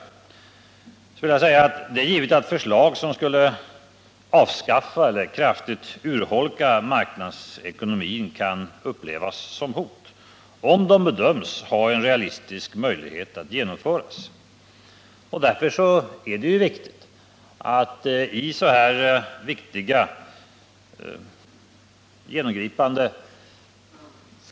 På detta vill jag svara att det är givet att förslag som skulle avskaffa eller kraftigt urholka marknadsekonomin kan upplevas som ett hot, om de bedöms ha en realistisk möjlighet att bli genomförda.